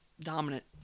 dominant